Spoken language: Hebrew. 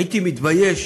הייתי מתבייש